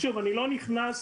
שוב, אני לא נכנס